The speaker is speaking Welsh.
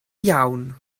iawn